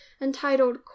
entitled